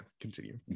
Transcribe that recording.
continue